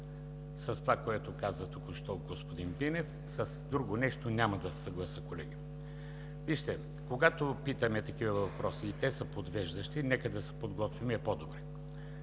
с това, което каза току-що господин Бинев, с друго нещо няма да се съглася, колеги. Вижте, когато питаме такива въпроси и те са подвеждащи е по-добре да се подготвим. Само